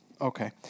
Okay